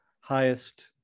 highest